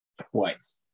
Twice